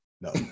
no